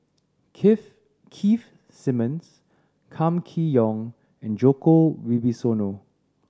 Keith Simmons Kam Kee Yong and Djoko Wibisono